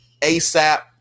ASAP